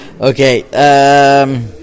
okay